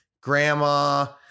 grandma